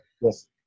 Yes